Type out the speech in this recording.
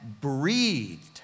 breathed